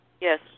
Yes